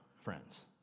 friends